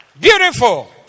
Beautiful